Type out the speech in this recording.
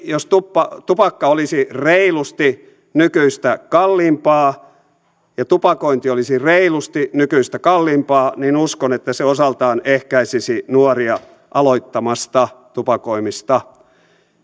jos tupakka tupakka olisi reilusti nykyistä kalliimpaa ja tupakointi olisi reilusti nykyistä kalliimpaa niin uskon että se osaltaan ehkäisisi nuoria aloittamasta tupakoimista